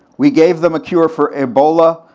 we gave them a cure for ebola,